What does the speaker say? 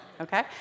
okay